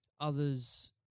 others